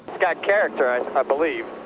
got character, i i believe.